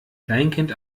kleinkind